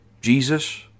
Jesus